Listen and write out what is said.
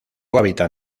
hábitat